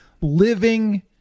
living